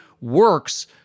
works